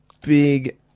big